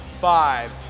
five